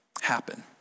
happen